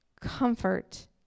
comfort